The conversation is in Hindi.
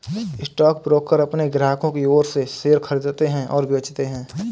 स्टॉकब्रोकर अपने ग्राहकों की ओर से शेयर खरीदते हैं और बेचते हैं